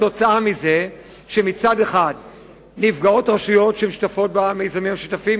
התוצאה היא שמצד אחד נפגעות רשויות שמשתתפות במיזמים המשותפים,